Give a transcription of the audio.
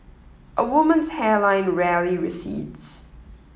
a woman's hairline rarely recedes